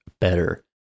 better